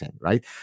right